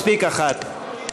מספיק אחת.